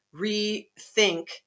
rethink